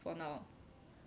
for now